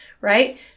right